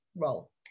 role